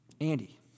Andy